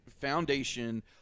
foundation